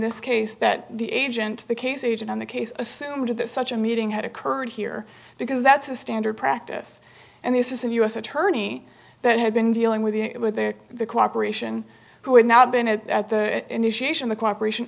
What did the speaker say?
this case that the agent the case agent in the case assumed that such a meeting had occurred here because that's a standard practice and this is a u s attorney that had been dealing with it with their cooperation who had not been to at the initiation the cooperation